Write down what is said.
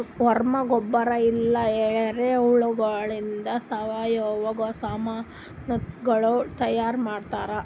worm ಗೊಬ್ಬರ ಇಲ್ಲಾ ಎರೆಹುಳಗೊಳಿಂದ್ ಸಾವಯವ ಸಾಮನಗೊಳ್ ತೈಯಾರ್ ಮಾಡ್ತಾರ್